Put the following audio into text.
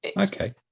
Okay